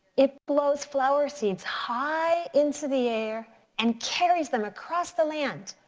it blows flower seeds high into the air and carries them across the land.